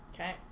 Okay